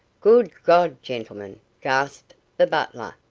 good god, gentlemen! gasped the butler,